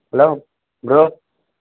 hello bro